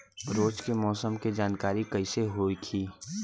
रोज के मौसम के जानकारी कइसे होखि?